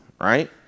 right